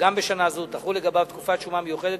שגם בשנה זו תחול לגביו תקופת שומה מיוחדת